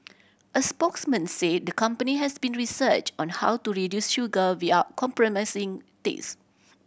a spokesman said the company has been researched on how to reduce sugar without compromising taste